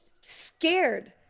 scared